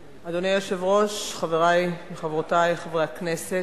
היושב-ראש, חברי וחברותי חברי הכנסת,